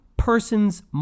person's